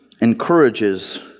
encourages